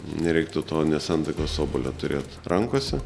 nereiktų to nesantaikos obuolio turėt rankose